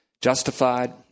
justified